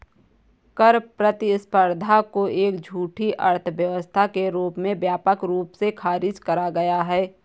कर प्रतिस्पर्धा को एक झूठी अर्थव्यवस्था के रूप में व्यापक रूप से खारिज करा गया है